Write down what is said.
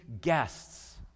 guests